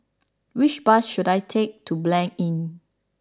which bus should I take to Blanc Inn